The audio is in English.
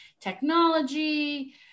technology